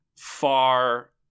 far